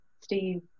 Steve